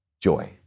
joy